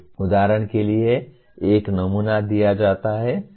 उदाहरण के लिए एक नमूना दिया जाता है